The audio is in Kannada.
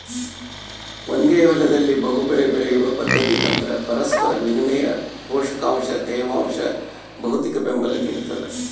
ಒಂದೇ ಹೊಲದಲ್ಲಿ ಬಹುಬೆಳೆ ಬೆಳೆಯುವ ಪದ್ಧತಿ ತಂತ್ರ ಪರಸ್ಪರ ವಿನಿಮಯ ಪೋಷಕಾಂಶ ತೇವಾಂಶ ಭೌತಿಕಬೆಂಬಲ ನಿಡ್ತದ